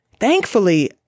Thankfully